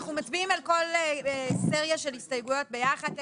אנחנו מצביעים על כל סריה של הסתייגויות ביחד,